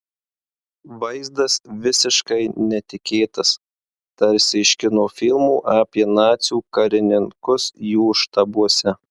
vaizdas visiškai netikėtas tarsi iš kino filmų apie nacių karininkus jų štabuose